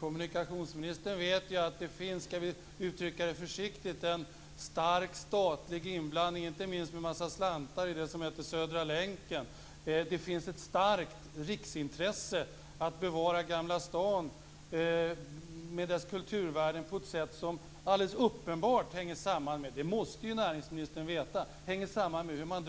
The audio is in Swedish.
Kommunikationsministern vet, försiktigt uttryckt, att det finns en stark statlig inblandning, inte minst med en massa slantar i det som heter Södra länken. Det finns ett starkt riksintresse för att bevara Gamla stan med dess kulturvärden på ett sätt som alldeles uppenbart hänger samman - det måste ju näringsministern veta - med hur tåglinjen dras genom stan.